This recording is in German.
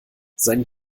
seinen